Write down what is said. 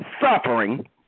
suffering